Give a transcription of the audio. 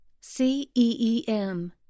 C-E-E-M